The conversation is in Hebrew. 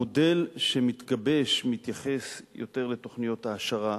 המודל שמתגבש מתייחס יותר לתוכניות העשרה.